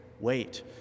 Wait